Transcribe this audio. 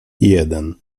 jeden